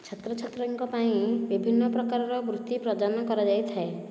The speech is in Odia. ଛାତ୍ରଛାତ୍ରୀଙ୍କ ପାଇଁ ବିଭିନ୍ନ ପ୍ରକାରର ବୃତ୍ତି ପ୍ରଦାନ କରାଯାଇଥାଏ